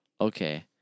Okay